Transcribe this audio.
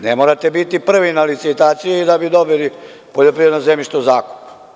Ne morate biti prvi na licitaciji da bi dobili poljoprivredno zemljište u zakup.